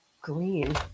green